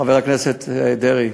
חבר הכנסת דרעי,